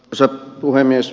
arvoisa puhemies